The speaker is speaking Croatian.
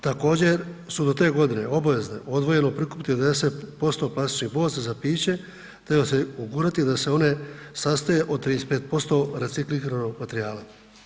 Također su do te godine obavezne odvojeno prikupiti 90% plastičnih boca za piće te osigurati da se one sastoje od 35% recikliranog materijala.